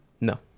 No